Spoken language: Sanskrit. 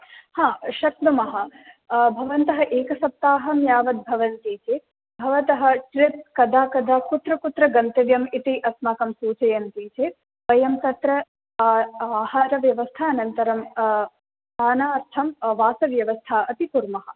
हा शक्नुमः भवन्तः एकसप्ताहं यावद् भवन्ति चेद् भवतः ट्रिप् कदा कदा कुत्र कुत्र गन्तव्यम् इति अस्माकं सूचयन्ति चेद् वयं तत्र आहारव्यवस्था अनन्तरं स्थानार्थं वासव्यवस्था अपि कुर्मः